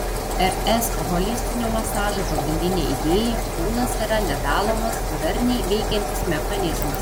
rs holistinio masažo pagrindinė idėja kūnas yra nedalomas darniai veikiantis mechanizmas